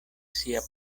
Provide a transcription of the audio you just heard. sia